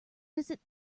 visit